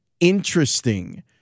interesting